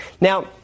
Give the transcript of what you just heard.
Now